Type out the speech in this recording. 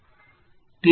વિદ્યાર્થી